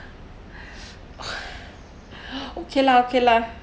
okay lah okay lah